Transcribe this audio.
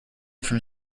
from